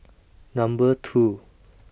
Number two